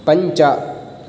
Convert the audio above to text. पञ्च